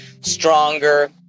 stronger